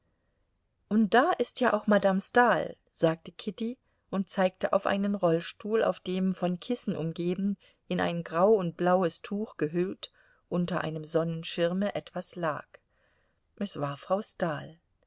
und da ist ja auch madame stahl sagte kitty und zeigte auf einen rollstuhl auf dem von kissen umgeben in ein grau und blaues tuch gehüllt unter einem sonnenschirme etwas lag es war frau stahl